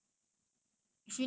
ya so